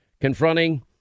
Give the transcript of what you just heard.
confronting